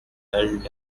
held